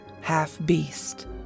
half-beast